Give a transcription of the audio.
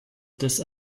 des